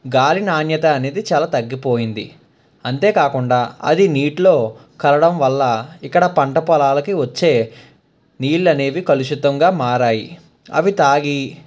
గాలి నాణ్యత అనేది చాలా తగ్గిపోయింది అంతేకాకుండా అది నీటిలో కలవడం వల్ల ఇక్కడ పంట పొలాలకి వచ్చే నీళ్లు అనేవి కలుషితంగా మారాయి అవి తాగి